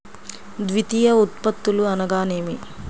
ద్వితీయ ఉత్పత్తులు అనగా నేమి?